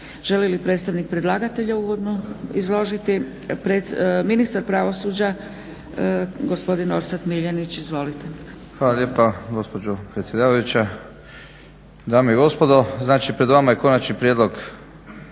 Želi li predstavnik predlagatelja uvodno izložiti? Ministar pravosuđa gospodin Orsat Miljenić, izvolite. **Miljenić, Orsat** Hvala lijepa gospođo predsjedavajuća, dame i gospodo. Znači, pred vama je Konačni prijedlog